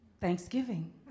Thanksgiving